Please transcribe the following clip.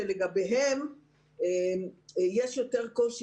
שיש יותר קושי